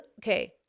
okay